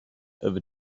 over